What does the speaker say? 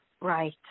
Right